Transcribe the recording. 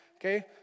okay